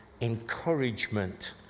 encouragement